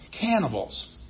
cannibals